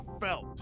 felt